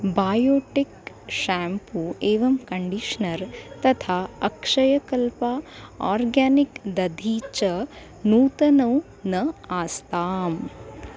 Biotique shampoo एवं conditioner तथा अक्षयकल्पा आर्गेनिक् दधि च नूतनौ न आस्ताम्